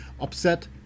upset